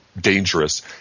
dangerous